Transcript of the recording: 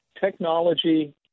technology